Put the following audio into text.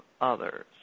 others